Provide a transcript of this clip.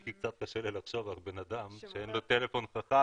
קשה לי לחשוב על בן אדם שאין לו טלפון חכם